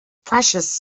precious